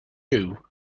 you